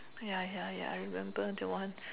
ya ya ya I remember that one